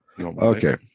okay